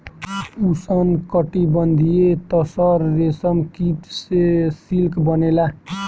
उष्णकटिबंधीय तसर रेशम कीट से सिल्क बनेला